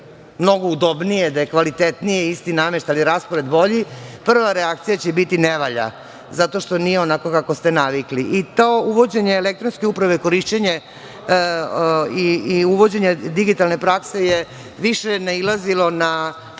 mnogo udobnije, da je kvalitetnije, isti nameštaj ali raspored bolji, prva reakcija će biti da ne valja zato što nije onako kako ste navikli. To uvođenje elektronske uprave, korišćenje i uvođenje digitalne prakse je više nailazilo na